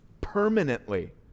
permanently